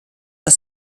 das